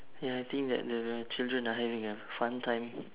ya I think that the v~ children are having a fun time